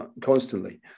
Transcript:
constantly